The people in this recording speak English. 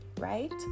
right